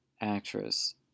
actress